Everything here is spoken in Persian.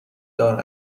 دار